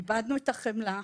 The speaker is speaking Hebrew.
איבדנו את החמלה,